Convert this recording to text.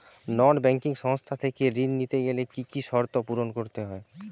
নন banking সংস্থা থেকে ঋণ নিতে গেলে কি কি শর্ত পূরণ করতে হয়?